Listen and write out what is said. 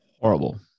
Horrible